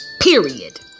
period